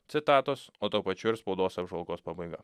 citatos o tuo pačiu ir spaudos apžvalgos pabaiga